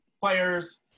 players